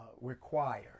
require